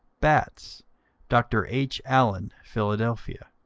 bats dr. h. allen, philadelphia.